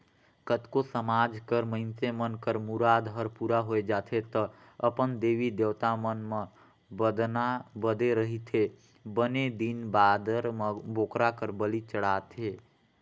कतको समाज कर मइनसे मन कर मुराद हर पूरा होय जाथे त अपन देवी देवता मन म बदना बदे रहिथे बने दिन बादर म बोकरा कर बली चढ़ाथे